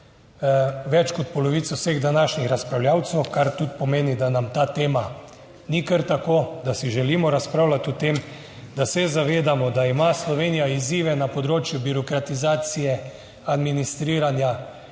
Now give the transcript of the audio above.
več kot polovico vseh današnjih razpravljavcev, kar tudi pomeni, da nam ta tema ni kar tako, da si želimo razpravljati o tem, da se zavedamo, da ima Slovenija izzive na področju birokratizacije, administriranja